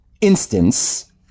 instance